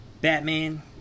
Batman